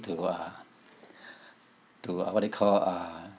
to uh to uh what you call uh